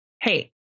Hey